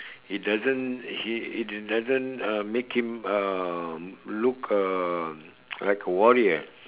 he doesn't he he did doesn't uh make him uh look uh like a warrior